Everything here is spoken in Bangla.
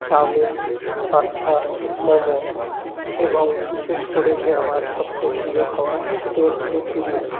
চাউমিন পাস্তা মোমো এবং বিশেষ করে যে আমার সবচেয়ে প্রিয় খাবার সেটি হচ্ছে বিরিয়ানি